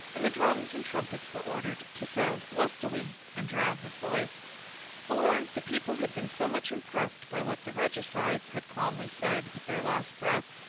and the drums and trumpets were ordered to sound lustily and drown his voice for, the people had been so much impressed by what the regicides had calmly said with their last breath,